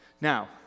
Now